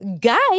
Guys